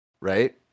Right